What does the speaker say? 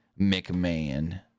McMahon